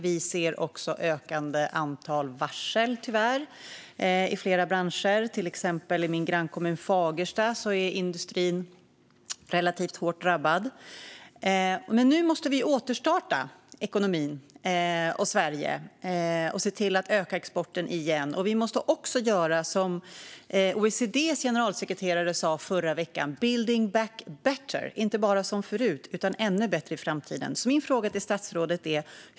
Vi ser tyvärr också ett ökande antal varsel i flera branscher. I till exempel min grannkommun Fagersta är industrin relativt hårt drabbad. Nu måste vi återstarta ekonomin och Sverige och se till att öka exporten igen. Vi måste också göra som OECD:s generalsekreterare sa i förra veckan: building back better, alltså inte bara göra som förut utan bli ännu bättre.